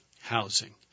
housing